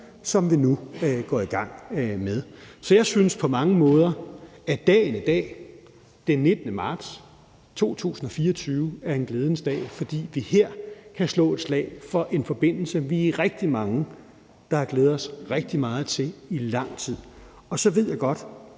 som vi nu går i gang med. Så jeg synes, at dagen i dag, den 19. marts 2024, på mange måder er en glædens dag, fordi vi her kan slå et slag for en forbindelse, som vi er rigtig mange der har glædet os rigtig meget til i lang tid. Så ved jeg godt,